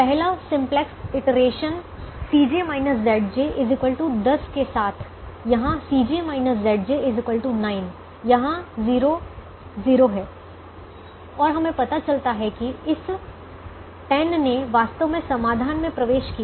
पहला simplex iteration 10 के साथ यहाँ 9 यहाँ 00 है और हमें पता चलता है कि इस 10 ने वास्तव में समाधान में प्रवेश किया